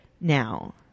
Now